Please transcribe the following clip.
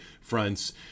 fronts